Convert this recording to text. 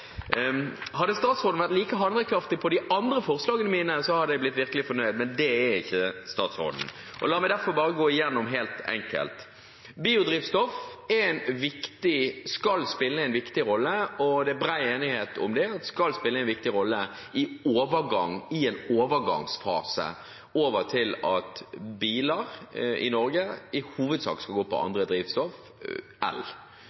Hadde statsråden vært like handlekraftig med hensyn til de andre forslagene mine, hadde jeg virkelig blitt fornøyd, men det er ikke statsråden. La meg derfor bare gå igjennom helt enkelt: Biodrivstoff skal spille en viktig rolle. Det er bred enighet om at det skal spille en viktig rolle i en overgangsfase til at biler i Norge i hovedsak skal gå på andre drivstoff – el,